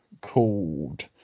called